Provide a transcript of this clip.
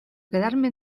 quedarme